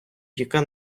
яка